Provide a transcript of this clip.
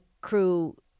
crew